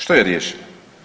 Što je riješila?